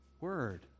word